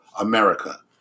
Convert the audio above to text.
America